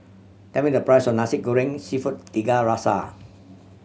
tell me the price of Nasi Goreng Seafood Tiga Rasa